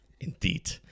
Indeed